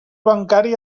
bancari